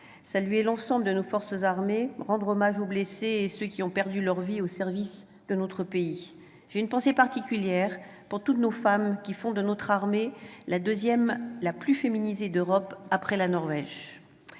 saluer l'ensemble de nos forces armées, rendre hommage aux blessés et à ceux qui ont perdu la vie au service de notre pays. J'ai une pensée particulière pour toutes les femmes qui font de notre armée la plus féminisée d'Europe après l'armée